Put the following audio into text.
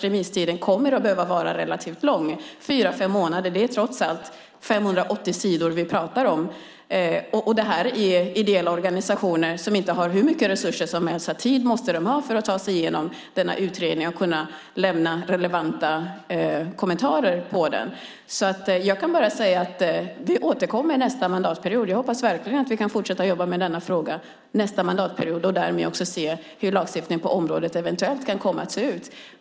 Remisstiden kommer att behöva vara relativt lång - fyra, fem månader. Det är trots allt 580 sidor. Det rör ideella organisationer som inte har hur mycket resurser som helst. De måste ha tid för att ta sig igenom utredningen och kunna lämna relevanta kommentarer om den. Jag kan bara säga att vi återkommer nästa mandatperiod. Jag hoppas verkligen att vi kan fortsätta jobba med denna fråga nästa mandatperiod och därmed också se hur lagstiftningen på området eventuellt kan komma att se ut.